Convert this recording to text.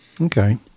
okay